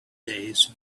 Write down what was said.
days